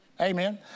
Amen